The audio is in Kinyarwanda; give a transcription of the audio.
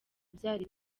byari